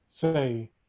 say